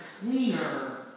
cleaner